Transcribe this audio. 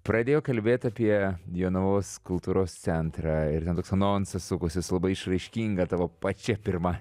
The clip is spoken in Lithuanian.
pradėjo kalbėt apie jonavos kultūros centrą ir ten toks anonsas sunkosi su labai išraiškinga tavo pačia pirma